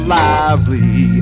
lively